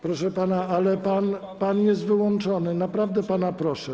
Proszę pana, ale pan jest wyłączony, naprawdę pana proszę.